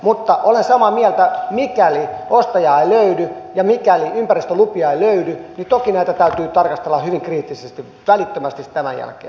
mutta olen samaa mieltä että mikäli ostajaa ei löydy ja mikäli ympäristölupia ei löydy niin toki näitä täytyy tarkastella hyvin kriittisesti välittömästi tämän jälkeen